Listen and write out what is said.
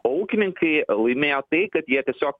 o ūkininkai laimėjo tai kad jie tiesiog